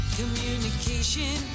communication